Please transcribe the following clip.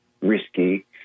risky